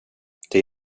det